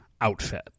outfit